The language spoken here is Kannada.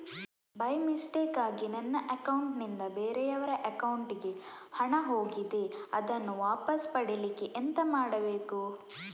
ಬೈ ಮಿಸ್ಟೇಕಾಗಿ ನನ್ನ ಅಕೌಂಟ್ ನಿಂದ ಬೇರೆಯವರ ಅಕೌಂಟ್ ಗೆ ಹಣ ಹೋಗಿದೆ ಅದನ್ನು ವಾಪಸ್ ಪಡಿಲಿಕ್ಕೆ ಎಂತ ಮಾಡಬೇಕು?